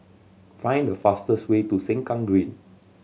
find the fastest way to Sengkang Green